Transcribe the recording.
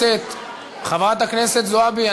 חברת הכנסת זועבי,